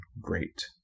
great